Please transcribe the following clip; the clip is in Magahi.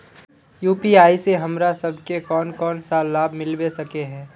यु.पी.आई से हमरा सब के कोन कोन सा लाभ मिलबे सके है?